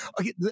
Okay